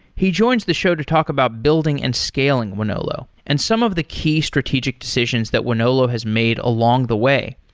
he joins the show to talk about building and scaling wonolo and some of the key strategic decisions that wonolo has made along the way.